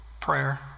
Prayer